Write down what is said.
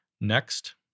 Next